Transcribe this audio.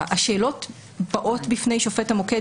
השאלות באות בפני שופט המוקד,